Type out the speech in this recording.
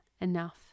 enough